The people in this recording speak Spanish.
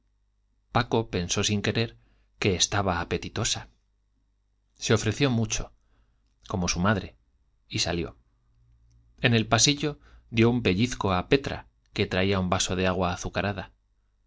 paco pensó sin querer que estaba apetitosa se ofreció mucho como su madre y salió en el pasillo dio un pellizco a petra que traía un vaso de agua azucarada